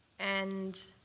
and